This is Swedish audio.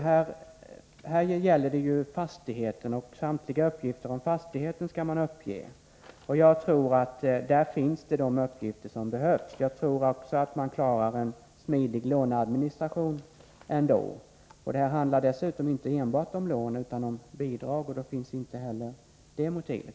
Här gäller det fastigheten, och samtliga uppgifter om fastigheten skall uppges, och jag tror att de uppgifter som behövs finns där. Jag tror också att man klarar en smidig låneadministration. Det handlar dessutom inte enbart om lån utan också om bidrag, och då finns inte heller det här motivet.